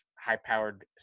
high-powered